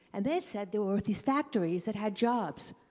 and they said there were these factories that had jobs,